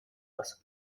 wasser